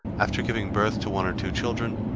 after giving birth to one or two children,